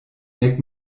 nek